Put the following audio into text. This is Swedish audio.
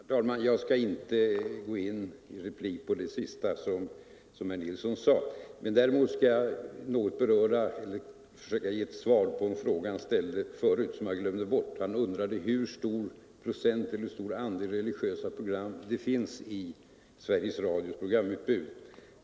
Herr talman! Jag skall inte ge herr Nilsson i Agnäs någon replik i anledning av det han sist sade. Däremot skall jag försöka ge ett svar på en fråga som herr Nilsson förut ställde och som jag glömde. Herr Nilsson undrade hur stor andel religiösa program det finns i Sveriges Radios programutbud.